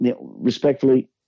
respectfully